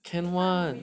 can one